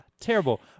terrible